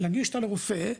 להנגיש לה רופא,